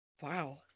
wow